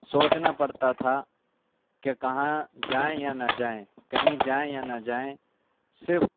سوچنا پڑتا تھا کہ کہاں جائیں یا نہ جائیں کہیں جائیں یا نہ جائیں صرف